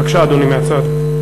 בבקשה, אדוני, מהצד.